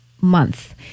month